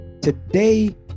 Today